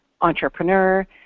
entrepreneur